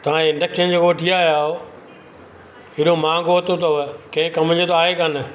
तव्हां इंडक्शन जेको वठी आया आहियो एॾो माहांगो वरितो अथव कंहिं कम जो त आहे कोन्ह